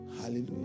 Hallelujah